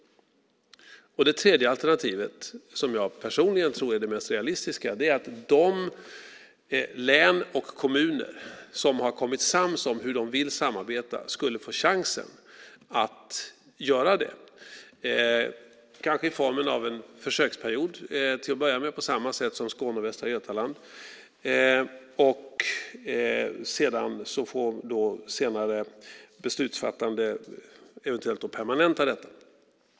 Det tredje alternativet, som jag personligen tror är det mest realistiska, är att de län och kommuner som har kommit sams om hur de vill samarbeta skulle få chansen att göra det, kanske i form av en försöksperiod till att börja med, på samma sätt som Skåne och Västra Götaland. Sedan får senare beslutsfattande eventuellt permanenta det.